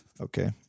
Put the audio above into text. Okay